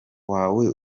wawe